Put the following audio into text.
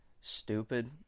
Stupid